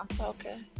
okay